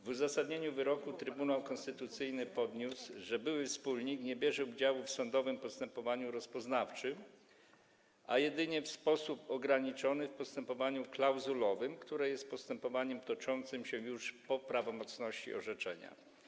W uzasadnieniu wyroku Trybunał Konstytucyjny podniósł, że były wspólnik nie bierze udziału w sądowym postępowaniu rozpoznawczym, a jedynie w sposób ograniczony w postępowaniu klauzulowym, które jest postępowaniem toczącym się już po ustanowieniu prawomocności orzeczenia.